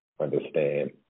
understand